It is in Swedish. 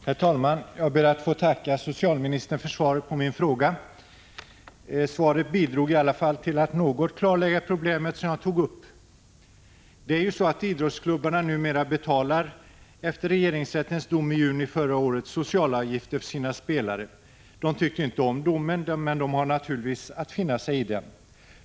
Herr talman! Jag ber att få tacka socialministern för svaret på min fråga. Svaret bidrog i alla fall till att något klarlägga problemet jag tog upp. Efter regeringsrättens dom förra året betalar ju idrottsklubbarna socialavgifter för sina spelare. De tycker inte om domen, men har att finna sig i den.